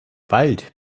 wald